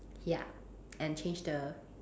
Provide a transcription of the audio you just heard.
ya and change the